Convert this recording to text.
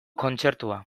kontzertua